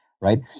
right